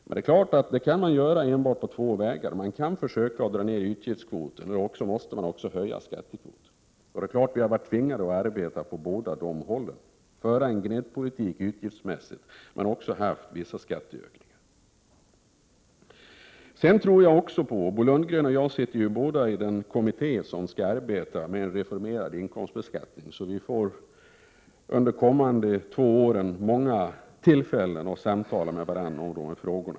Detta kan göras enbart på två vägar: genom att försöka minska utgiftskvoten eller genom att höja skattekvoten. Vi har varit tvingade att arbeta på båda dessa vägar, dvs. att föra en ”gnetpolitik” utgiftsmässigt men också att genomföra vissa skatteökningar. Bo Lundgren och jag sitter båda i den kommitté som skall arbeta med en reformerad inkomstbeskattning, så vi får under de kommande två åren många tillfällen att samtala med varandra om dessa frågor.